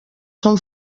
són